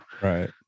Right